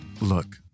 Look